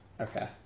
Okay